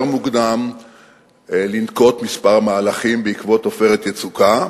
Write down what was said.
מוקדם לנקוט כמה מהלכים בעקבות "עופרת יצוקה".